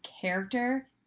character